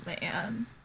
man